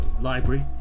library